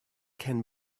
can